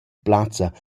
plazza